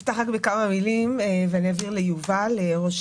אפתח בכמה מילים ואעביר ליובל לסטר,